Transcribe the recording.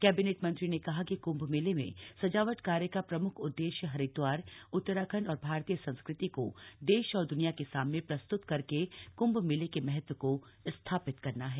cabinet मंत्री ने कहा कि कंभ मेले में सजावट कार्य का प्रम्ख उद्देश्य हरिद्वार ऊतराखण्ड और भारतीय संस्कृति को देश और द्रनिया के सामने प्रस्त्त करके कुम्भ मेला के महत्व को स्थापित करना है